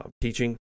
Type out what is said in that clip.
teaching